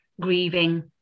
grieving